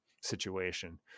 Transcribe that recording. situation